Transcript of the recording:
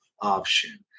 Option